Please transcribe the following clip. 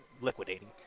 liquidating